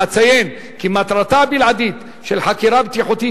אציין כי מטרתה הבלעדית של חקירה בטיחותית